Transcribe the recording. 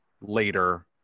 later